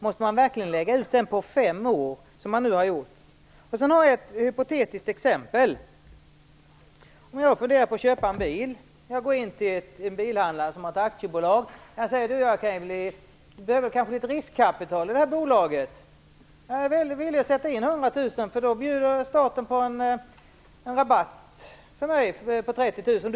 Måste man verkligen lägga ut den på fem år, som nu sker? Låt mig dessutom ge ett hypotetiskt exempel. Om jag funderar på att köpa en bil kan jag gå in till en bilhandlare som har ett aktiebolag och säga: Du behöver kanske litet riskkapital i ditt bolag. Jag är villig att sätta in 100 000 kr, för då bjuder staten mig på en skattereduktion om 30 000 kr.